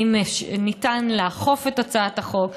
האם ניתן לאכוף את הצעת החוק?